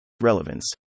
Relevance